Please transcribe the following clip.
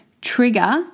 trigger